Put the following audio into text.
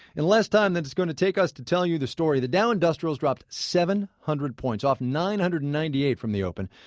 in less time than it's going to take us to tell you the story, the dow industrials dropped seven hundred points, off nine hundred and ninety eight from the open.